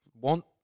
want